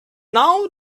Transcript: now